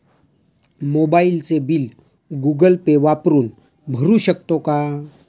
मोबाइलचे bill Google Pay वापरून भरू शकतो का?